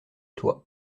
toit